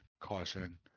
Caution